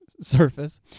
surface